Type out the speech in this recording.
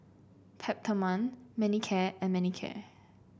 Peptamen Manicare and Manicare